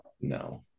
no